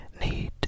need